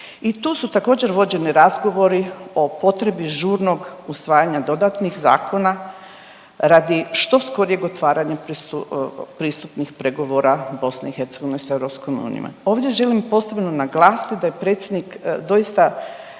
i tu su također vođeni razgovori o potrebi žurnog usvajanja dodatnih zakona radi što skorijeg otvaranja pristupnih pregovora BiH s EU. Ovdje želim posebno naglasiti da je predsjednik doista